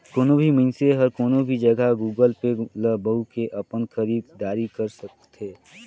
कोनो भी मइनसे हर कोनो भी जघा गुगल पे ल बउ के अपन खरीद दारी कर सकथे